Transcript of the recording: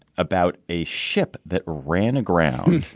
about a ship that ran aground.